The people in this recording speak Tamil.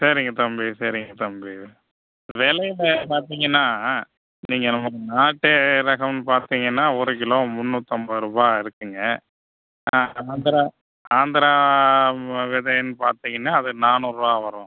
சரிங்க தம்பி சரிங்க தம்பி விலையில பார்த்தீங்கனா நீங்கள் நம்ம நாட்டு ரகம் பார்த்தீங்கனா ஒரு கிலோ முந்நூற்றம்பதுரூபா இருக்குங்க ஆனால் ஆந்திரா ஆந்திரா வெ விதைன்னு பார்த்தீங்கனா அது நானூறுரூவா வரும்